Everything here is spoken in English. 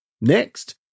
Next